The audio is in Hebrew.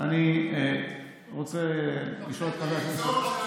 אני רוצה לשאול את חבר הכנסת,